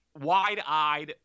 wide-eyed